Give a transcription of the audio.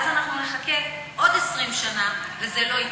ואז אנחנו נחכה עוד 20 שנה וזה לא יתנקה.